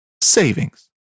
savings